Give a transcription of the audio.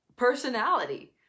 personality